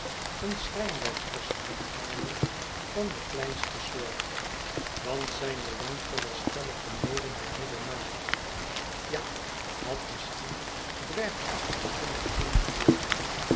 een schrijnwerkersknecht namelijk van de kleinste soort want zyne lengte was stellig beneden het middelmatige ja had misschien dwergachtig kunnen genoemd worden